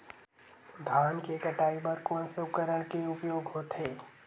धान के कटाई बर कोन से उपकरण के उपयोग होथे?